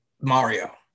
Mario